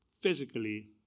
physically